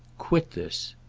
quit this!